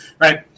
right